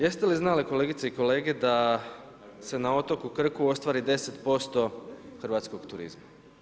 Jeste li znali kolegice i kolege da se na otoku Krku ostvari 10% hrvatskog turizma?